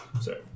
Sorry